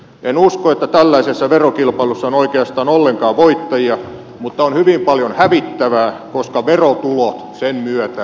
en usko että tällaisessa verokilpailussa on oikeastaan ollenkaan voittajia mutta on hyvin paljon hävittävää koska verotulot sen myötä katoavat